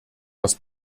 das